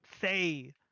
say